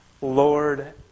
Lord